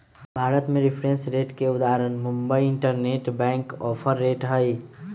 भारत में reference rate के उदाहरण मुंबई इंटरबैंक ऑफर रेट हइ